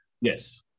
yes